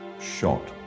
shot